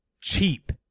cheap